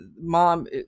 mom